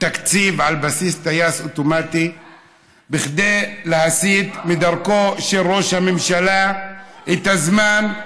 תקציב על בסיס טייס אוטומטי כדי להסיט מדרכו של ראש הממשלה את הזמן,